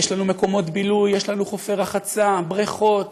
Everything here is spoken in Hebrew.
יש לנו מקומות בילוי, יש לנו חופי רחצה, בריכות,